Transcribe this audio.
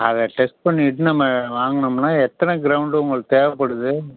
அதை டெஸ்ட் பண்ணிட்டு நம்ம வாங்குனோம்னால் எத்தனை க்ரௌண்டு உங்களுக்கு தேவைப்படுது